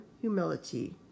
humility